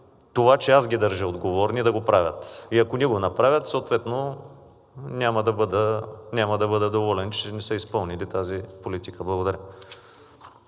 това, защото аз ги държа отговорни да го правят. И ако не го направят, съответно няма да бъда доволен, че не са изпълнили тази политика. Благодаря.